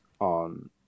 on